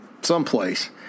someplace